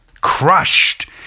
crushed